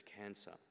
cancer